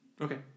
Okay